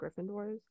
Gryffindors